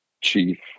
chief